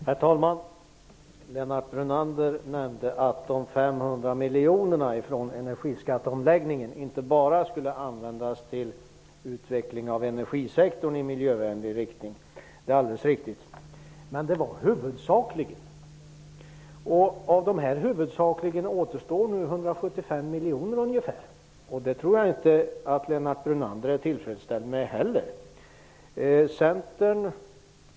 Herr talman! Lennart Brunander nämnde att de 500 miljonerna från energiskatteomläggningen inte bara skulle användas för utveckling i miljövänlig riktning inom energisektorn. Det är alldeles riktigt, men de skulle huvudsakligen användas till detta. Till denna huvudinriktning återstår nu ungefär 175 miljoner kronor, och jag tror att inte heller Lennart Brunander är tillfredsställd med den utvecklingen.